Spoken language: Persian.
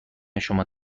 شما